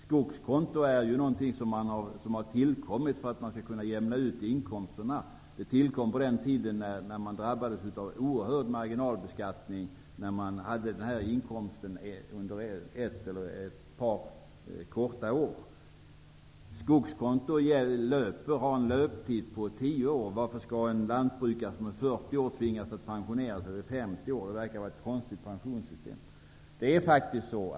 Skogskontot tillkom för att man skulle kunna utjämna inkomsterna. Det skedde på den tiden när man drabbades av en oerhört hög marginalbeskattning om man hade denna inkomst under ett eller ett par få år. Eftersom skogskontot har en löptid på 10 år undrar jag varför en lantbrukare som öppnar ett sådant konto när han är 40 år skall tvingas pensionera sig redan vid 50 år. Ett sådant pensionssystem verkar konstigt.